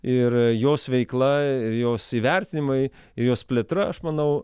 ir jos veikla ir jos įvertinimai jos plėtra aš manau